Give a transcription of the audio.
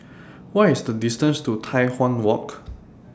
What IS The distance to Tai Hwan Walk